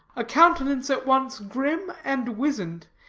a countenance at once grim and wizened,